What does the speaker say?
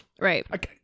Right